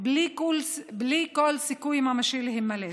בלי כל סיכוי ממשי להימלט.